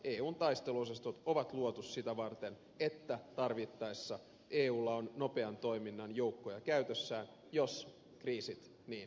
eun taisteluosastot on luotu sitä varten että tarvittaessa eulla on nopean toiminnan joukkoja käytössään jos kriisi vie